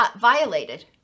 violated